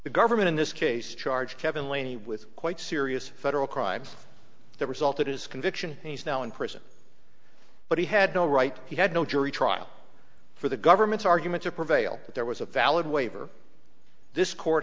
the government in this case charged kevin laney with quite serious federal crimes that resulted his conviction he's now in prison but he had no right he had no jury trial for the government's argument to prevail that there was a valid waiver this court